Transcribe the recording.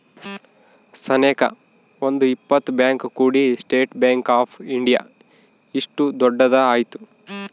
ಸನೇಕ ಒಂದ್ ಇಪ್ಪತ್ ಬ್ಯಾಂಕ್ ಕೂಡಿ ಸ್ಟೇಟ್ ಬ್ಯಾಂಕ್ ಆಫ್ ಇಂಡಿಯಾ ಇಷ್ಟು ದೊಡ್ಡದ ಆಯ್ತು